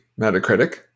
Metacritic